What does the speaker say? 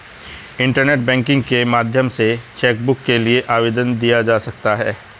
internet banking के माध्यम से चैकबुक के लिए आवेदन दिया जा सकता है